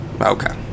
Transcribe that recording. Okay